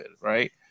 right